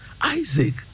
Isaac